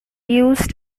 used